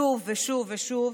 שוב ושוב ושוב,